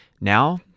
Now